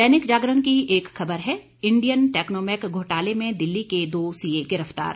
दैनिक जागरण की एक खबर है इंडियन टैक्नोमेक घोटाले में दिल्ली के दो सीए गिरफ्तार